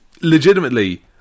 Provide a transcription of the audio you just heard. legitimately